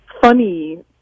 funny